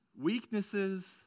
weaknesses